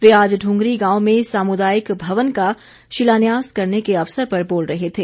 वे आज दुंगरी गांव में सामुदायिक भवन का शिलान्यास करने के अवसर पर बोल रहे थे